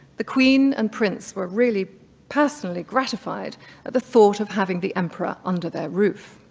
the queen and prince were really personally gratified at the thought of having the emperor under their roof.